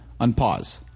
unpause